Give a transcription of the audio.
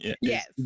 yes